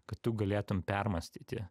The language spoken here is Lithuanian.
kad tu galėtum permąstyti